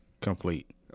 complete